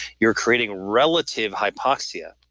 you're creating relative hypoxia.